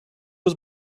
was